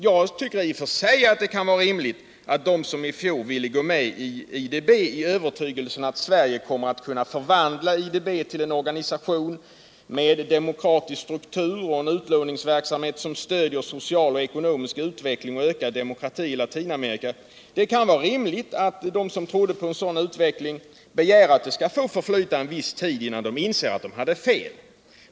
Jag tycker i och för sig att det kan vara rimligt att de som i fjol ville att Sverige skulle gå med i IDB —- i övertygelsen att Sverige kommer att kunna förvandla IDB till en organisation med demokratisk struktur och en utlåningsverksamhet som stödjer social och ekonomisk utveckling och ökad demokrati i Latinamerika — begär att det skall få förflyta en viss tid innan de inser att de hade fel.